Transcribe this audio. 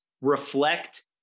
Reflect